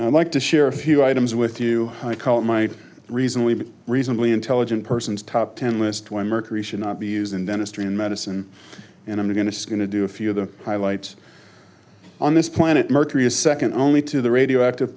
i'd like to share a few items with you call it might reasonably be reasonably intelligent persons top ten list why mercury should not be used in dentistry and medicine and i'm going to skin to do a few of the highlights on this planet mercury is second only to the radioactive